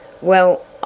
Well